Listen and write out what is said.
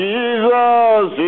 Jesus